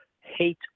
hate